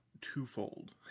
twofold